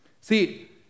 See